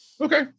Okay